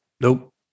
nope